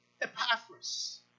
Epaphras